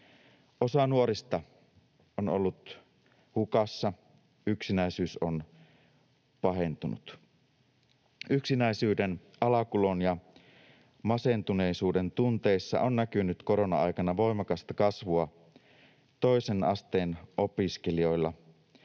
Osa nuorista on ollut hukassa, yksinäisyys on pahentunut. Yksinäisyyden, alakulon ja masentuneisuuden tunteissa on näkynyt korona-aikana voimakasta kasvua toisen asteen opiskelijoilla